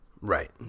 Right